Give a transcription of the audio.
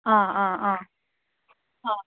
ആ ആ ആ ആ